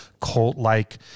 cult-like